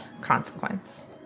consequence